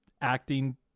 acting